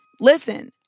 listen